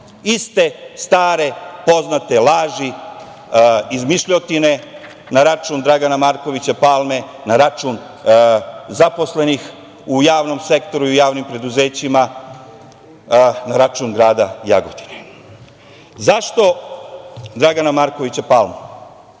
Iste stare poznate laži, izmišljotine na račun Dragana Markovića Palme, na račun zaposlenih u javnom sektoru i u javnim preduzećima, na račun grada Jagodine.Zašto Dragana Markovića Plamu?